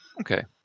okay